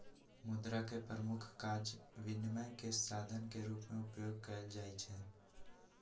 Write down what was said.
मुद्रा के प्रमुख काज विनिमय के साधन के रूप में उपयोग कयल जाइ छै